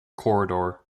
corridor